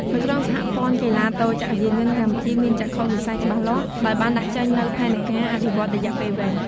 នៅក្នុងសហព័ន្ធកីឡាទោចក្រយានកម្ពុជាមានចក្ខុវិស័យច្បាស់លាស់ ដោយបានដាក់ចេញនូវផែនការអភិវឌ្ឍន៍រយៈពេលវែង។